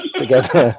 together